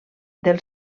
del